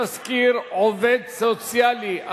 תסקיר עובד סוציאלי),